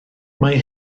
mae